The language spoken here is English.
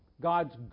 God's